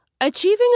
Achieving